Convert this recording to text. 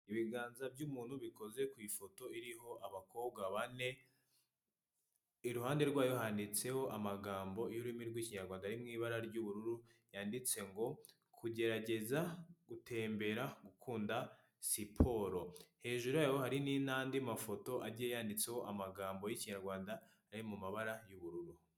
Ibiganza by'umuntu bikoze ku ifoto iriho abakobwa bane iruhande rwayo handitseho amagambo y'ururimi rw'ikinyarwanda ari mu ibara ry'ubururu yanditse ngo "kugerageza gutembera gukunda siporo" hejuru yayo hari n'andi mafoto agiye yanditseho amagambo y'ikinyarwanda ari mu mabara y'ubururu.